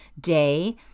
day